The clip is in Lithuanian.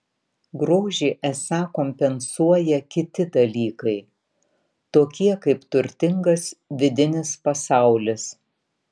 grožį esą kompensuoja kiti dalykai tokie kaip turtingas vidinis pasaulis